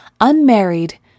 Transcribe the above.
unmarried